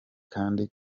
kandi